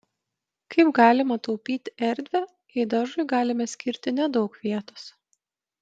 kaip galima taupyti erdvę jei daržui galime skirti nedaug vietos